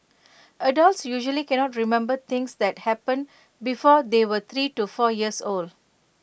adults usually cannot remember things that happened before they were three to four years old